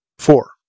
Four